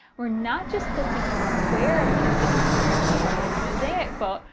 we're not just quilting a square of concentric squares for the marvelous mosaic quilt,